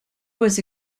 was